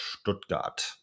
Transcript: Stuttgart